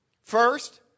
First